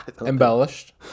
Embellished